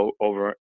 over